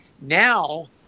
Now